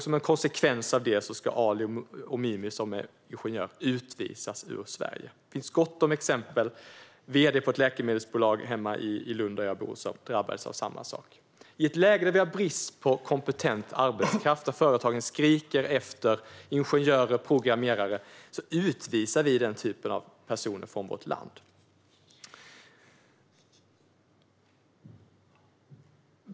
Som en konsekvens av det ska Ali Omumi, som är ingenjör, utvisas från Sverige. Det finns gott om exempel. Vd:n på ett läkemedelsbolag hemma i Lund där jag bor drabbades av samma sak. I ett läge där vi har brist på kompetent arbetskraft och där företagen skriker efter ingenjörer och programmerare utvisar vi den typen av personer från vårt land.